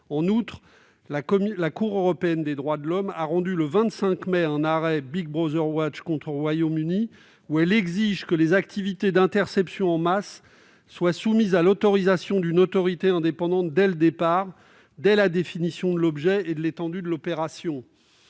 En outre, la Cour européenne des droits de l'homme a rendu, le 25 mai, un arrêt, dans lequel elle exige que les activités d'interception en masse soient soumises à l'autorisation d'une autorité indépendante dès le départ, dès la définition de l'objet et de l'étendue de l'opération.